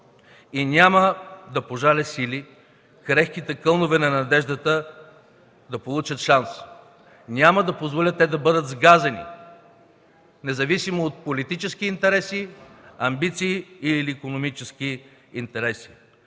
и няма да пожаля сили крехките кълнове на надеждата да получат шанс. Няма да позволя те да бъдат сгазени, независимо от политически интереси, амбиции или икономически интереси.